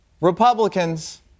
Republicans